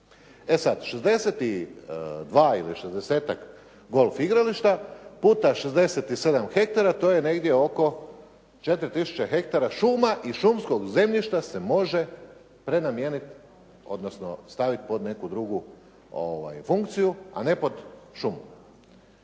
E sada, 62 ili 60-ak golf igrališta, puta 67 hektara, to je negdje oko 4 tisuće hektara šuma i šumskog zemljišta se može prenamijeniti, odnosno staviti pod neku drugu funkciju, a ne pod šumu.